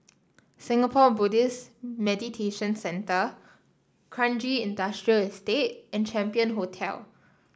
Singapore Buddhist Meditation Centre Kranji Industrial Estate and Champion Hotel